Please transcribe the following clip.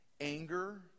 anger